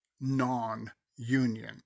non-union